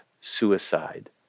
suicide